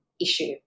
issue